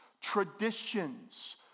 traditions